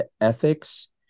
ethics